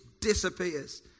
disappears